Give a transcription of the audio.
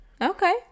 Okay